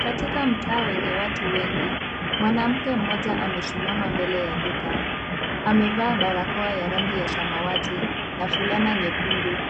Katika mtaa wenye watu wengi, mwanamke mmoja amesimama mbele ya duka amevaa barakoa ya rangi ya samawati na fulana nyekundu